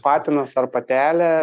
patinas ar patelė